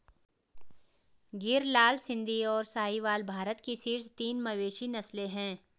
गिर, लाल सिंधी, और साहीवाल भारत की शीर्ष तीन मवेशी नस्लें हैं